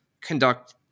conduct